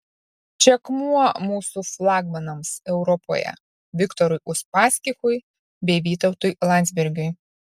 čia akmuo mūsų flagmanams europoje viktorui uspaskichui bei vytautui landsbergiui